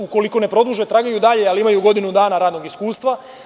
Ukoliko ne produže, tragaju i dalje, ali imaju godinu dana radnog iskustva.